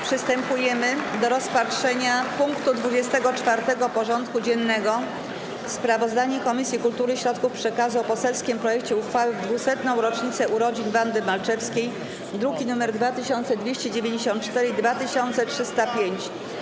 Przystępujemy do rozpatrzenia punktu 24. porządku dziennego: Sprawozdanie Komisji Kultury i Środków Przekazu o poselskim projekcie uchwały w 200. rocznicę urodzin Wandy Malczewskiej (druki nr 2294 i 2305)